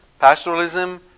pastoralism